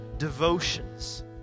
devotions